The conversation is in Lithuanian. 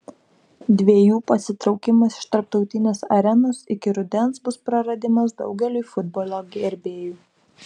dviejų pasitraukimas iš tarptautinės arenos iki rudens bus praradimas daugeliui futbolo gerbėjų